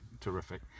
terrific